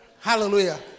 Hallelujah